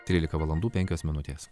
trylika valandų penkios minutės